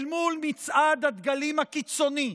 אל מול מצעד הדגלים הקיצוני,